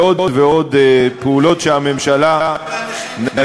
ועוד ועוד פעולות שהממשלה, מה עם הנכים?